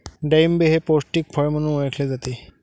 डाळिंब हे पौष्टिक फळ म्हणून ओळखले जाते